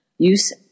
Use